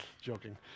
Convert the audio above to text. Joking